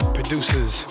producers